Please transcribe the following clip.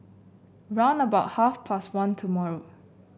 round about half past one tomorrow